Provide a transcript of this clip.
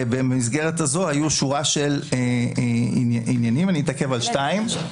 במסגרת הזו הייתה שורה של עניינים אבל אני אתעכב על שני דברים.